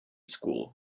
school